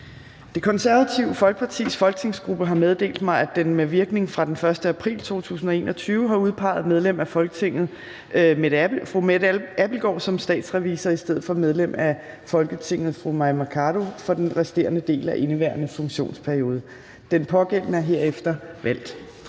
Det Konservative Folkepartis folketingsgruppe har meddelt mig, at den med virkning fra den 1. april 2021 har udpeget medlem af Folketinget Mette Abildgaard som statsrevisor i stedet for medlem af Folketinget Mai Mercado for den resterende del af indeværende funktionsperiode. Den pågældende er herefter valgt.